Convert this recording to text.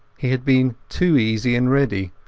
he had been too easy and ready,